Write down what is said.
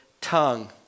tongue